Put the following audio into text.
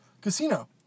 casino